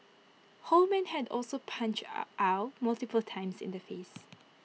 Holman had also punched Ow multiple times in the face